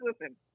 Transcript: listen